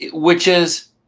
which is.